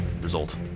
result